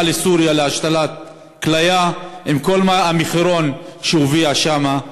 לסוריה להשתלת כליה לכל המחירון שהופיע שם.